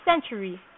century